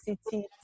city